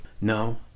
no